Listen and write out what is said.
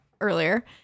earlier